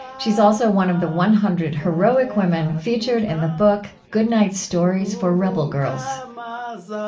she's also one of the one hundred heroic women featured in the book good night stories for rebel girls um ah so